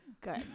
Good